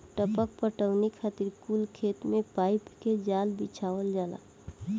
टपक पटौनी खातिर कुल खेत मे पाइप के जाल बिछावल जाला